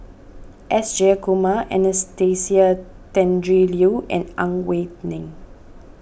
S Jayakumar Anastasia Tjendri Liew and Ang Wei Neng